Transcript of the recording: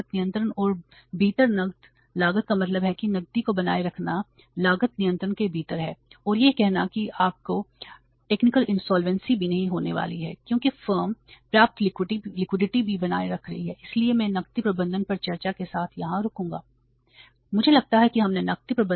मुझे लगता है कि हमने नकदी प्रबंधन पर पर्याप्त चर्चा की है इसलिए हमने 3 करंट असेट्सके का प्रबंधन कैसे करें जो हम अगली कक्षा में सीखेंगे बहुत बहुत धन्यवाद